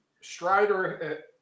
Strider